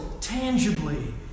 tangibly